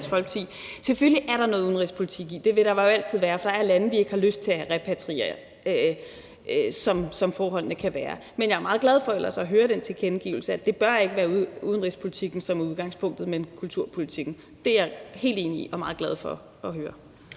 Selvfølgelig er der noget udenrigspolitik i det. Det vil der jo altid være, for der er lande, vi ikke har lyst til at repatriere til, sådan som forholdene kan være. Men jeg er ellers meget glad for at høre den tilkendegivelse af, at det ikke bør være udenrigspolitikken, som er udgangspunktet, men kulturpolitikken. Det er jeg helt enig i og meget glad for at høre.